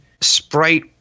sprite